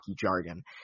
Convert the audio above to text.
jargon